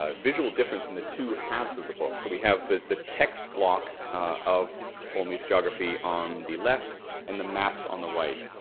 ah visual difference in the two halves of the book. so we have the the text block of ptolemy's geography on the left and the maps on the right.